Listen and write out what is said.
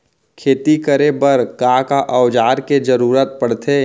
खेती करे बर का का औज़ार के जरूरत पढ़थे?